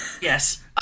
Yes